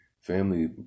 family